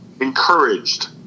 encouraged